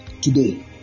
Today